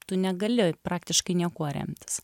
tu negali praktiškai niekuo remtis